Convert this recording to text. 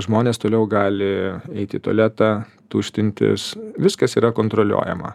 žmonės toliau gali eit į tualetą tuštintis viskas yra kontroliuojama